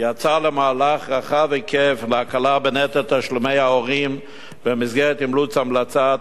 יצא למהלך רחב היקף להקלה בנטל תשלומי ההורים במסגרת אימוץ המלצת